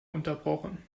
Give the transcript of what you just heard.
unterbrochen